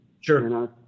Sure